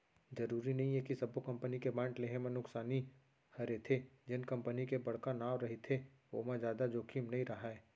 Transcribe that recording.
जरूरी नइये कि सब्बो कंपनी के बांड लेहे म नुकसानी हरेथे, जेन कंपनी के बड़का नांव रहिथे ओमा जादा जोखिम नइ राहय